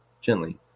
gently